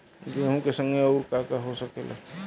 गेहूँ के संगे अउर का का हो सकेला?